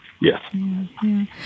Yes